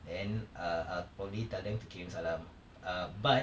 then uh I'll probably tell them to kirim salam uh but